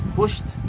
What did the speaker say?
pushed